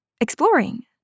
Exploring